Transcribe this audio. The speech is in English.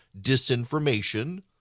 disinformation